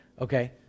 okay